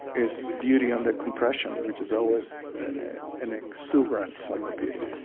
is beauty under compression, which is always an exuberant form of beauty